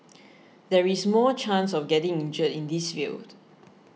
there is more chance of getting injured in this field